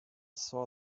saw